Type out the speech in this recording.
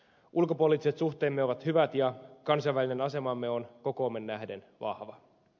ulkopoliittiset suhteemme ovat hyvät ja kansainvälinen asemamme on kokoomme nähden vahva